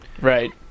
Right